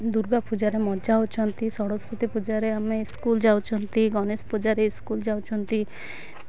ଦୁର୍ଗା ପୂଜାରେ ମଜା ହେଉଛନ୍ତି ସରସ୍ୱତୀ ପୂଜାରେ ଆମେ ସ୍କୁଲ ଯାଉଛନ୍ତି ଗଣେଶ ପୂଜାରେ ସ୍କୁଲ ଯାଉଛନ୍ତି